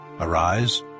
Arise